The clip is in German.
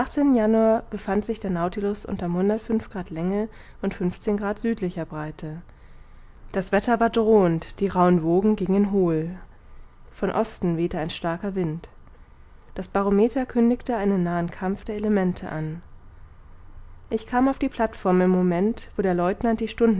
befand sich der und der grad länge und fünfzehn grad südlicher breite das wetter war drohend die rauhen wogen gingen hohl von osten wehte ein starker wind das barometer kündigte einen nahen kampf der elemente an ich kam auf die plateform im moment wo der lieutenant die